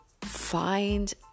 find